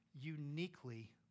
uniquely